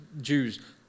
Jews